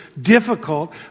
difficult